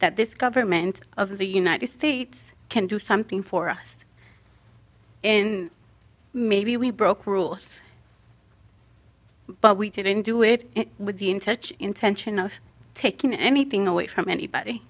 that this government of the united states can do something for us in maybe we broke rules but we didn't do it with the in touch intention of taking anything away from anybody